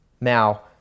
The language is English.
Now